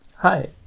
Hi